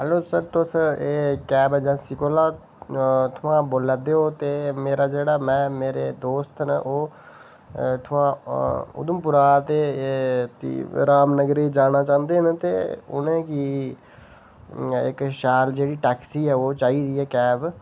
hello sir तुस एह् cab agency कोला उत्थुआं बोला दे ओ ते मेरा जेह्ड़ा मैं मेरे दोस्त न ओह् उत्थुआं उधमपुरा ते एह् बी रामनगरै ई जाना चांह्दे न ते उनेंगी इक शैल जेही टैक्सी ऐ ओह् चाहिदी ऐ कैब